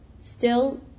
Still